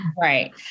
Right